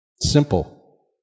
Simple